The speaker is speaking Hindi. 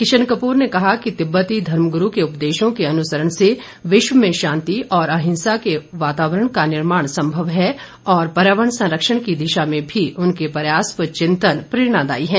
किशन कपूर ने कहा कि तिब्बती धर्मगुरू के उपदेशों के अनुसरण से विश्व में शांति और अहिंसा के वातावरण का निर्माण संभव है और पर्यावरण संरक्षण की दिशा में भी उनके प्रयास व चिंतन प्रेरणादायी है